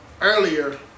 Earlier